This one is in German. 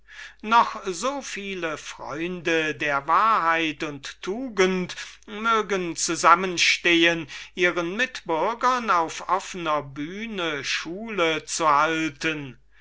noch so viele freunde der wahrheit mögen zusammenstehen ihren mitbürgern auf kanzel und schaubühne schule zu halten